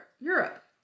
Europe